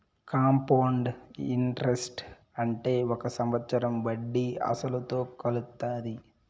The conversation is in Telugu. కాంపౌండ్ ఇంటరెస్ట్ అంటే ఒక సంవత్సరం వడ్డీ అసలుతో కలుత్తాది